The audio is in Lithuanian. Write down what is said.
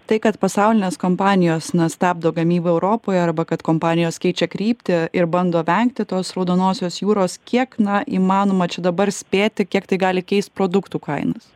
tai kad pasaulinės kompanijos na stabdo gamybą europoje arba kad kompanijos keičia kryptį ir bando vengti tos raudonosios jūros kiek na įmanoma čia dabar spėti kiek tai gali keist produktų kainas